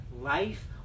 life